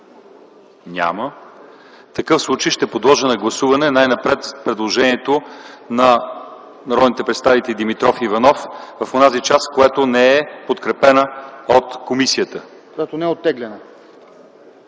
Няма. В такъв случай ще подложа на гласуване най-напред предложението на народните представители Димитров и Иванов в онази част, която не е оттеглена и не е подкрепена